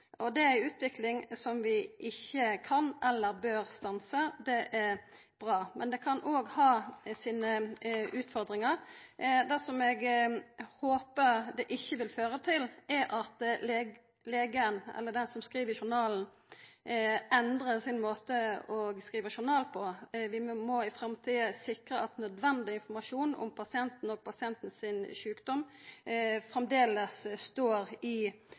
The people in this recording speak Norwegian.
journal. Det er ei utvikling som vi ikkje kan eller bør stansa. Det er bra. Men det kan òg ha sine utfordringar. Det eg håpar det ikkje vil føra til, er at legen, eller den som skriv i journalen, endrar sin måte å skriva journal på. Vi må i framtida sikra at nødvendig informasjon om pasienten og pasienten sin sjukdom framleis står i